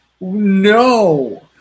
no